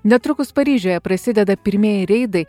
netrukus paryžiuje prasideda pirmieji reidai